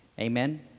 Amen